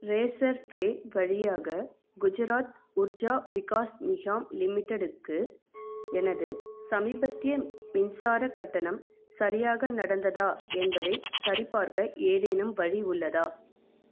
ரேசர்பே வழியாக குஜராத் உர்ஜா விகாஸ் நிஹாம் லிமிட்டெடுக்கு எனது சமீபத்திய மின்சாரக் கட்டணம் சரியாக நடந்ததா என்பதைச் சரிபார்க்க ஏதேனும் வழி உள்ளதா